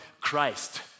Christ